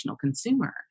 consumer